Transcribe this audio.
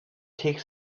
take